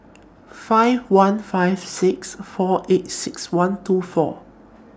five one five six four eight six one two four